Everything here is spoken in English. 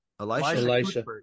Elijah